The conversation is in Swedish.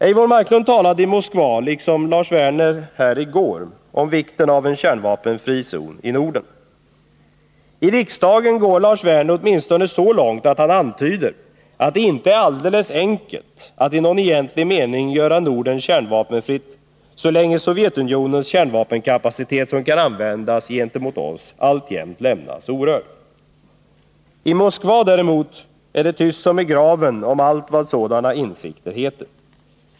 Eivor Marklund talade i Moskva — liksom Lars Werner här i går — om vikten av en kärnvapenfri zon i Norden. I riksdagen går Lars Werner 31 åtminstone så långt att han antyder att det inte är alldeles enkelt att i någon egentlig mening göra Norden kärnvapenfritt så länge Sovjetunionens kärnvapenkapacitet, som kan användas mot oss, alltjämt lämnas orörd. I Moskva däremot är det tyst som i graven om allt vad sådana insikter heter.